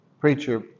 preacher